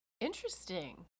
Interesting